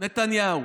נתניהו.